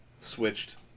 switched